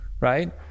right